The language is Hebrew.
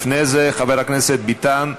לפני זה, חבר הכנסת ביטן,